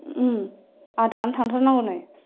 आहा दानो थांथार नांगौ नै